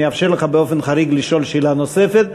אני אאפשר לך באופן חריג לשאול שאלה נוספת,